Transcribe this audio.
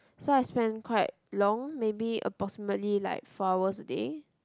so I spend quite long maybe approximately like four hours a day